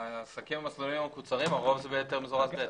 העסקים במסלולים המקוצרים, הרוב מסלול ב'.